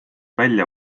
välja